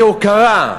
כהוקרה,